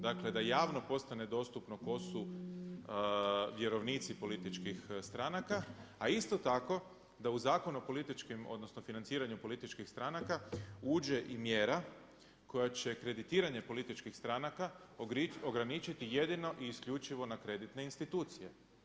Dakle da javno postane dostupno ko su vjerovnici političkih stranaka a isto tako da u Zakon o političkim odnosno financiranju političkih stranaka uđe i mjera koja će kreditiranje političkih stranaka ograničiti jedino i isključivo na kreditne institucije.